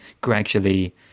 gradually